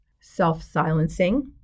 self-silencing